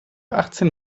achtzehn